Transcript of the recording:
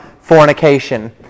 fornication